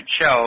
show